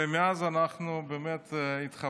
ומאז אנחנו התחברנו,